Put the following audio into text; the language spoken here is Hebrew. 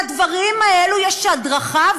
לדברים האלו יש הדרכה.